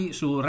su